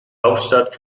hauptstadt